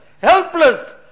helpless